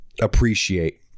appreciate